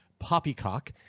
Poppycock